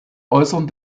äußern